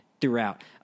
throughout